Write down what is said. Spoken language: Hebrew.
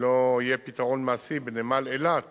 לא יהיה פתרון מעשי בנמל אילת